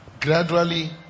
gradually